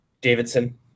Davidson